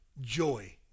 joy